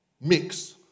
mix